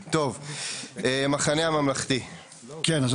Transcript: המחנה הממלכתי, בבקשה.